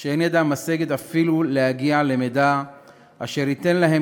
שאין ידם משגת אפילו להגיע למידע אשר ייתן להם